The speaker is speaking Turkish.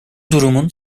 durumun